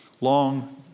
long